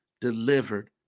delivered